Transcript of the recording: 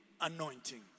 anointing